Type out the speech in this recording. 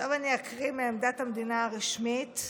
עכשיו אקריא את עמדת המדינה הרשמית.